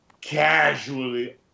casually